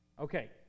Okay